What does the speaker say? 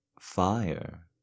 fire